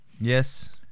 Yes